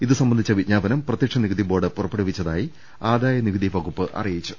ഇതുസംബന്ധിച്ച വിജ്ഞാപനം പ്രത്യക്ഷ നികുതിബോർഡ് പുറ പ്പെടുവിച്ചതായി ആദായനികുതി വകുപ്പ് അറിയിച്ചു